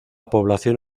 población